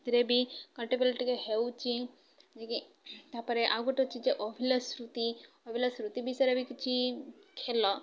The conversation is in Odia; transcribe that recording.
ସେଥିରେ ବି କଣ୍ଟେବେଲ ଟିକେ ହେଉଛି ଯେକି ତାପରେ ଆଉ ଗୋଟେ ଅଛିି ଯେ ଅଭୁଲା ସ୍ମୃତି ଅଭୁଲା ସ୍ମୃତି ବିଷୟରେ ବି କିଛି ଖେଲ